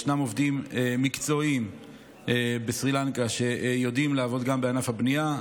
ישנם עובדים מקצועיים בסרי לנקה שיודעים לעבוד גם בענף הבנייה,